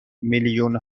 میلیون